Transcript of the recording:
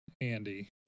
Andy